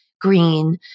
green